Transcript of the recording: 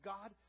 God